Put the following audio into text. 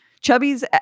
Chubby's